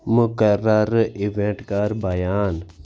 مُقررٕ event کر بیان